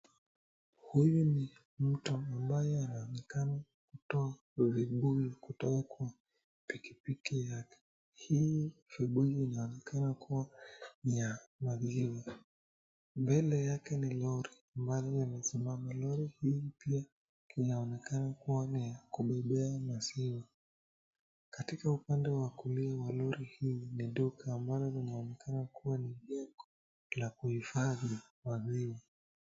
Huyu ni mtu ambaye anaonekana kutoa vibuyu kutoka kwa pikipiki yake. Hii kibuyu inaonekana kuwa ni ya maziwa. Mbele yake ni lori, ambalo limesimama. Lori hili pia linaonekana kuwa ni ya kubeba maziwa. Katika upande wa kulia wa lori hili ni duka ambalo linaonekana kuwa ni la kuhifadhi maziwa.